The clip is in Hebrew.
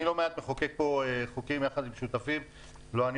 אני מחוקק פה לא מעט חוקים יחד עם שותפים לא אני